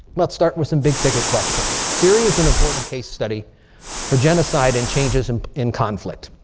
let's start with some big-ticket questions. syria is an important case study for genocide and changes in conflict.